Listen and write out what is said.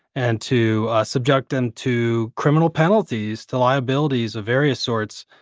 and to subject them to criminal penalties, to liabilities of various sorts,